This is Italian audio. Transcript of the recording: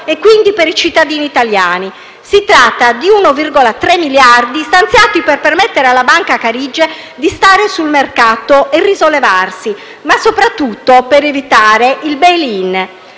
e, quindi, per i cittadini italiani. Si tratta di 1,3 miliardi, stanziati per permettere alla Banca Carige di stare sul mercato e risollevarsi, ma soprattutto per evitare il *bail in*.